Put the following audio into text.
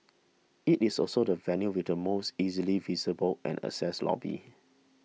it is also the venue with the most easily visible and accessed lobby